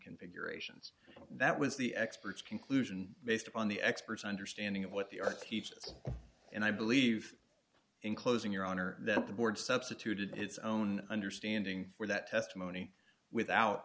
configurations that was the experts conclusion based on the experts understanding of what the earth teaches and i believe in closing your honor that the board substituted its own understanding for that testimony without